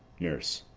nurse.